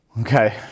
Okay